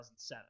2007